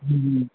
હા